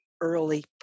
early